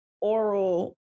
oral